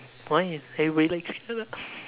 why you everybody like to